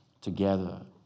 together